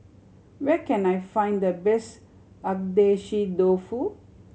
where can I find the best Agedashi Dofu